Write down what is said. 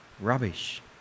rubbish